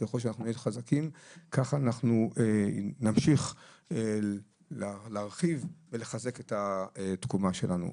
ככל שנהיה חזקים ככה נמשיך להרחיב ולחזק את התקומה שלנו.